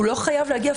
לא חייב להגיע פיזית.